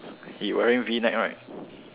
he wearing V neck right